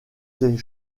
ses